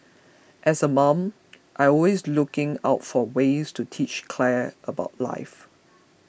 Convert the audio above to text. as a mom I always looking out for ways to teach Claire about life